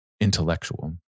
intellectual